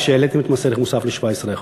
כשהעליתם את מס ערך מוסף ל-17%,